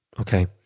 okay